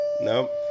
Nope